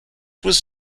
was